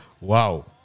Wow